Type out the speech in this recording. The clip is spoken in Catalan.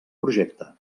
projecte